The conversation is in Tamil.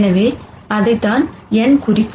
எனவே அதைத்தான் n குறிக்கும்